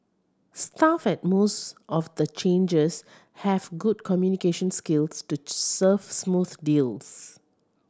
staff at most of the changers have good communication skills to serve smooth deals